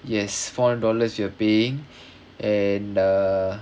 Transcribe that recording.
yes four hundred dollars we're paying and err